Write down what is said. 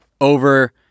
over